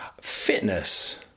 fitness